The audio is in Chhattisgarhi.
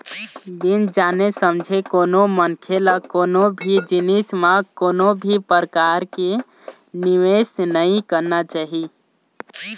बिन जाने समझे कोनो मनखे ल कोनो भी जिनिस म कोनो भी परकार के निवेस नइ करना चाही